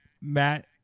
Matt